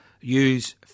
use